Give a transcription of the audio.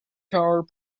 tower